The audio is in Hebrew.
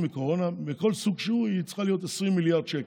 מקורונה מכל סוג שהוא צריכה להיות 20 מיליארד שקל.